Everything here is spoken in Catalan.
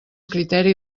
criteri